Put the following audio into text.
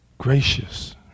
Gracious